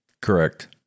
Correct